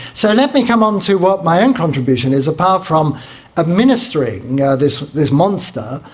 so let me come on to what my own contribution is, apart from administering yeah this this monster.